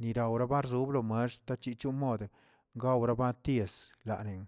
niraura barzuu lomuextə chichon modə gawra baties, lanin